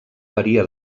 varia